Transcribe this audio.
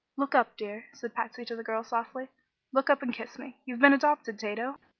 look up, dear, said patsy to the girl, softly look up and kiss me. you've been adopted, tato!